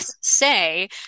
say